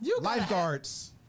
Lifeguards